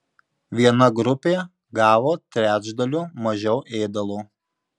viena grupė gavo trečdaliu mažiau ėdalo